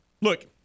Look